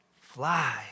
fly